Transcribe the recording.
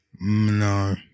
no